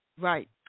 Right